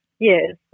Yes